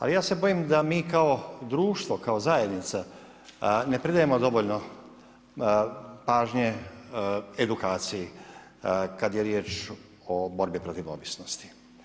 Ali ja se bojim da mi kao društvo, kao zajednica ne pridajemo dovoljno pažnje edukaciji kad je riječ o borbi protiv ovisnosti.